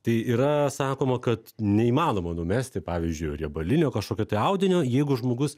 tai yra sakoma kad neįmanoma numesti pavyzdžiui riebalinio kažkokio tai audinio jeigu žmogus